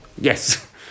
Yes